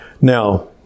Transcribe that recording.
Now